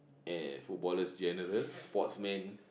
and footballers general